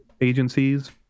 agencies